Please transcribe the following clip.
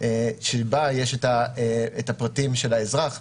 שבה יש את הפרטים של האזרח,